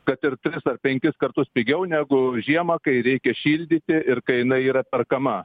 kad ir tris ar penkis kartus pigiau negu žiemą kai reikia šildyti ir kai jinai yra perkama